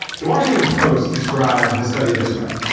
the washington post describes the study this way.